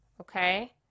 Okay